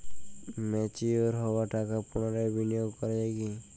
Mature হওয়া টাকা পুনরায় বিনিয়োগ করা য়ায় কি?